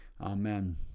Amen